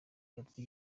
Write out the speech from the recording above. gatete